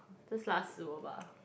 just 辣死我 bah